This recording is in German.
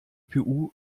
gpu